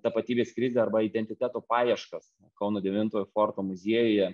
tapatybės krizę arba identiteto paieškas kauno devintojo forto muziejuje